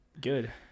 good